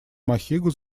махигу